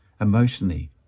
emotionally